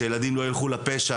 שילדים לא ילכו לפשע